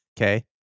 Okay